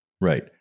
Right